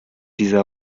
dieser